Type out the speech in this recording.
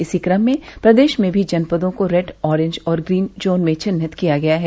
इसी क्रम में प्रदेश में भी जनपदों को रेड आरेन्ज और ग्रीन जोन में चिन्हित किया गया है